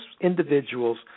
individuals